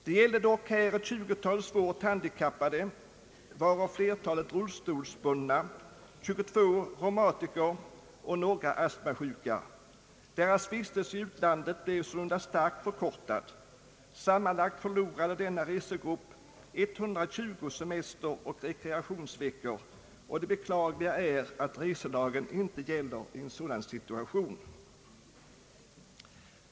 Det gällde dock här ett 20-tal svårt handikappade, av vilka flertalet var rullstolsbundna, och 22 var reumatiker och några astmasjuka. Deras vistelse i utlandet blev sålunda starkt förkortad. Sammanlagt förlorade denna resegrupp 120 semesteroch rekreationsveckor, och det beklagliga är att reselagen inte gäller i en sådan situation.